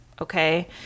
Okay